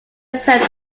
attempt